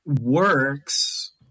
works